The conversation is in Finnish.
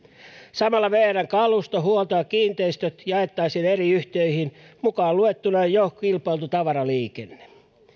samalla vrn kalusto huolto ja kiinteistöt jaettaisiin eri yhtiöihin mukaan luettuna jo kilpailtu tavaraliikenne